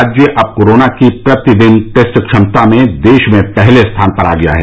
राज्य अब कोरोना की प्रतिदिन टेस्ट क्षमता में देश में पहले स्थान पर आ गया है